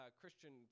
Christian